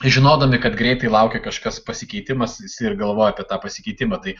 žinodami kad greitai laukia kažkas pasikeitimas jis ir galvoja apie tą pasikeitimą tai